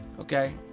Okay